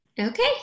Okay